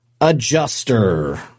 adjuster